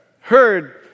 heard